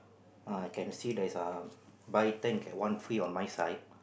I can see there's a buy ten get one free on my side